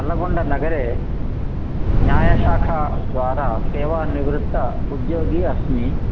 अल्लगोण्डानगरे न्यायशाखाद्वारा सेवानिवृत्त उद्योगी अस्मि